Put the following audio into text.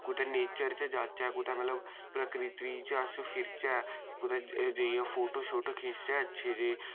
कुतै नेचर च जाह्चै कुतै मतलब प्रकृति च अस फिरचै कुतै जाइयै फोटो शोटो खिच्चचै अच्छे जेह्